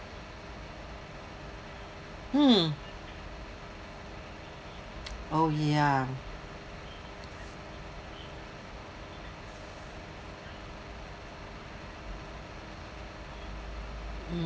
hmm oh ya mm